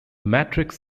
matrix